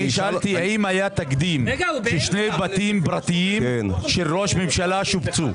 אני שאלתי האם היה תקדים ששני בתים פרטיים של ראש ממשלה שופצו.